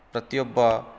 ಪ್ರತಿಯೊಬ್ಬ